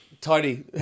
Tony